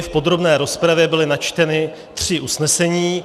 V podrobné rozpravě byla načtena tři usnesení.